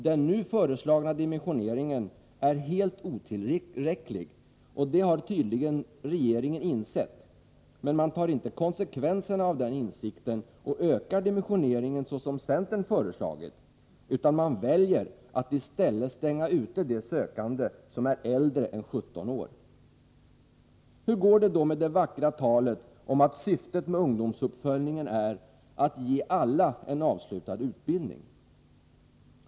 Den nu föreslagna dimensioneringen är helt otillräcklig. Det har regeringen tydligen insett, men man tar inte konsekvenserna av den insikten och ökar dimensioneringen så som centern har föreslagit, utan man väljer att i stället stänga ute de sökande som är äldre än 17 år. Hur går det då med det vackra talet om att syftet med ungdomsuppföljningen är att ge alla en avslutad utbildning?